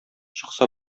чыкса